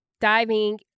diving